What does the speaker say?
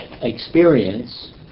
Experience